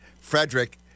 frederick